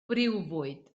briwfwyd